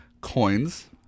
coins